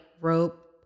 rope